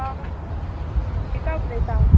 आं गीता उलयतां हांव